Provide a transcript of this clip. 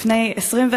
לפני 21 ימים,